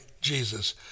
Jesus